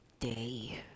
Day